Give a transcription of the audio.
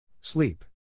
Sleep